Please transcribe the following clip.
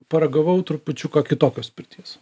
paragavau trupučiuką kitokios pirties